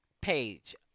page